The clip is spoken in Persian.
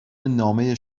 نامه